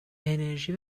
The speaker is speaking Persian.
انِرژی